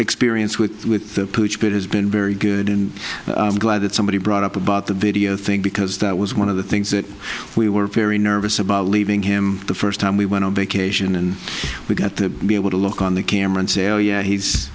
experience with with has been very good and i'm glad that somebody brought up about the video thing because that was one of the things that we were very nervous about leaving him the first time we went on vacation and we got to be able to look on the camera and say oh yeah he's